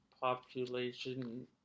population